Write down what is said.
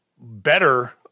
better